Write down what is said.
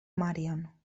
marion